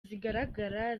zigaragara